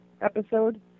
episode